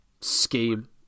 scheme